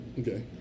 Okay